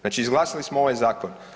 Znači izglasali smo ovaj zakon.